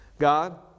God